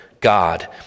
God